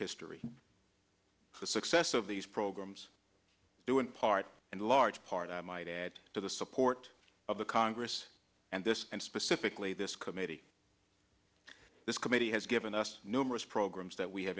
history the success of these programs due in part in large part i might add to the support of the congress and this and specifically this committee this committee has given us numerous programs that we have